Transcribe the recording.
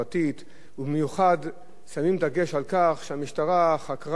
ובמיוחד שמות דגש על כך שהמשטרה חקרה את